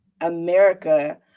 America